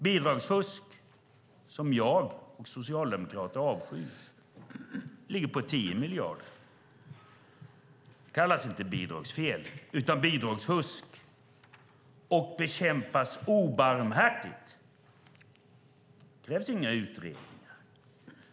Bidragsfusk, som jag och socialdemokrater avskyr, ligger på 10 miljarder. Det kallas inte bidragsfel, utan bidragsfusk, och bekämpas obarmhärtigt. Det krävs inga utredningar.